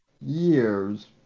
years